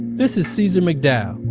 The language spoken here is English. this is caesar mcdowell.